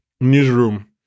newsroom